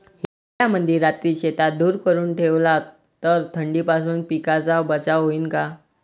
हिवाळ्यामंदी रात्री शेतात धुर करून ठेवला तर थंडीपासून पिकाचा बचाव होईन का?